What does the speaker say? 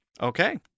Okay